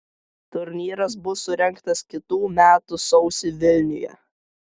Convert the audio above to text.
turnyras bus surengtas kitų metų sausį vilniuje